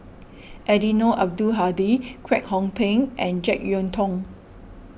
Eddino Abdul Hadi Kwek Hong Png and Jek Yeun Thong